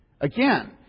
Again